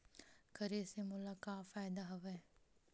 करे से मोला का का फ़ायदा हवय?